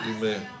amen